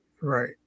right